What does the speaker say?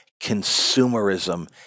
consumerism